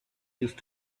used